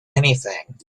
anything